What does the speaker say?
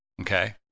okay